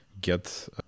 get